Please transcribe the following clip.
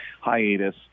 hiatus